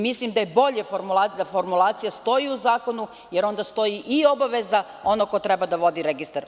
Mislim da je bolje da u zakonu stoji formulacija, jer onda stoji i obaveza onog ko treba da vodi registar.